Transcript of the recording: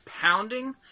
pounding